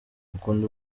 akunda